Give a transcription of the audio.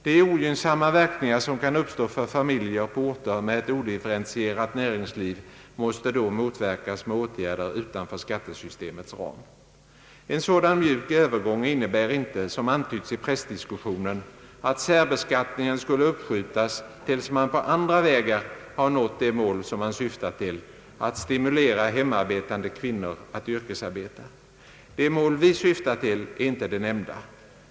De ogynnsamma verkningar som kan uppstå för familjer på orter med ett odifferentierat näringsliv måste då motverkas med åtgärder utanför skattesystemets ram. En sådan mjuk övergång innebär inte — som antytts i pressdiskussionen — att särbeskattningen skulle uppskjutas tills man på andra vägar har nått det mål som man syftar till: att stimulera hemarbetande kvinnor att yrkesarbeta. Det mål vi syftar till är inte det nämnda.